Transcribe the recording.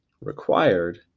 required